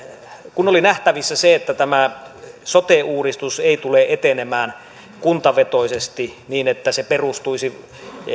kun oli nähtävissä se että tämä sote uudistus ei tule etenemään kuntavetoisesti niin että se perustuisi